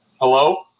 Hello